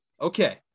Okay